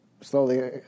slowly